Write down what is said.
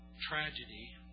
Tragedy